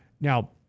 Now